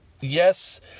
Yes